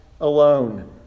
alone